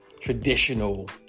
traditional